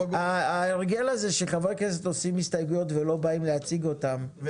ההרגל הזה שחברי הכנסת עושים הסתייגויות ולא באים להציג אותן,